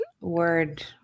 word